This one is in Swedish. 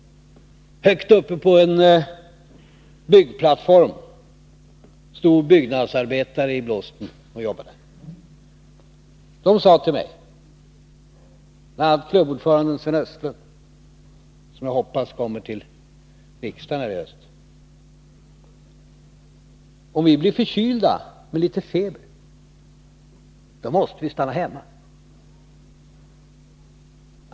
Högt uppe på en byggplattform stod byggnadsarbetare, bl.a. klubbordföranden Sven Öst lund, som jag hoppas kommer till riksdagen i höst, i blåsten och jobbade. De Ändringar i sjuk sade till mig: Om vi blir förkylda med litet feber, måste vi stanna hemma.